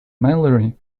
mallory